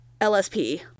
LSP